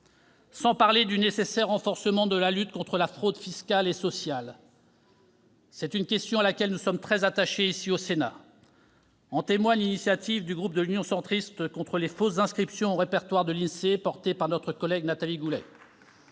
que dire du nécessaire renforcement de la lutte contre la fraude fiscale et sociale ? C'est une question à laquelle nous sommes très attachés ici, au Sénat. En témoigne l'initiative du groupe Union Centriste contre les fausses inscriptions au répertoire de l'INSEE- 1,8 million de faux